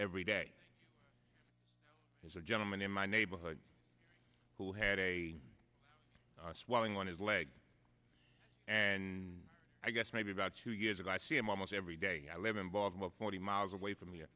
every day there's a gentleman in my neighborhood who had a swelling on his leg and i guess maybe about two years ago i see him almost every day i live in baltimore forty miles away from